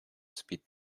speed